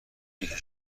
یکی